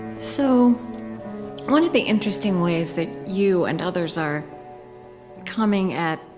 so one of the interesting ways that you and others are coming at,